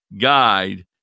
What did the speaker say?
guide